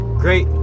great